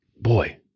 Boy